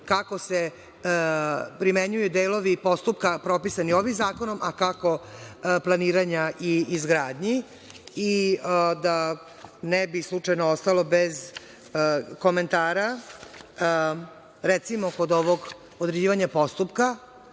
kako se primenjuju delovi postupka propisani ovim zakonom, a kako planiranja i izgradnji i da ne bi slučajno ostalo bez komentara, recimo, kod ovog određivanja postupka,